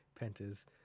Pentas